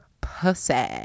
pussy